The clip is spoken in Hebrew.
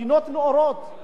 זה קיים באירופה,